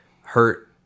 hurt